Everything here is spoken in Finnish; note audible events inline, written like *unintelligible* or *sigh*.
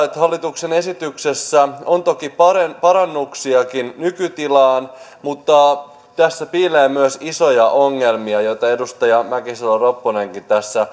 *unintelligible* että hallituksen esityksessä on toki parannuksiakin nykytilaan mutta tässä piilee myös isoja ongelmia joita edustaja mäkisalo ropponenkin